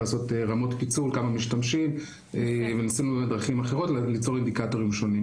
לבדוק כמה משתמשים וניסינו בדרכים אחרות ליצור אינדיקטורים שונים.